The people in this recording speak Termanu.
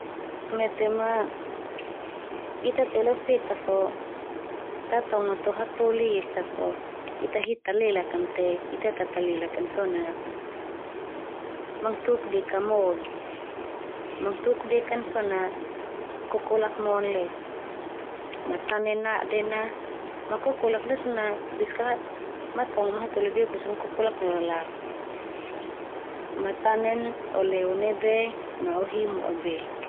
Mete ma ita teu lo feta fo tatongo to hatoli esa fo ita hi talelak kan te ita ta talelak kan so na, mangtuk deka mon. Mangtuk dekan so na, kokolak mon le. Matane naden na, ma kokolak ndia so na beska matongo mo hatoli beuk ndia so na kokolak neulalau. Matanen o leo nai be ma o hi mu'a bek.